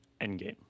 Endgame